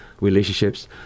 relationships